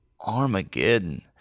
Armageddon